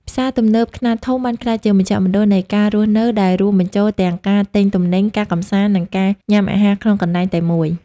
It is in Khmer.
ផ្សារទំនើបខ្នាតធំ បានក្លាយជាមជ្ឈមណ្ឌលនៃការរស់នៅ ដែលរួមបញ្ចូលទាំងការទិញទំនិញ ការកម្សាន្ត និងការញ៉ាំអាហារក្នុងកន្លែងតែមួយ។